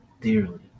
dearly